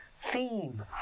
Theme